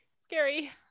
scary